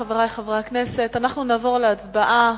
חברי חברי הכנסת, אנחנו נעבור להצבעה.